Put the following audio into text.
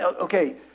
okay